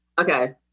okay